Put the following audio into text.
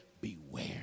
beware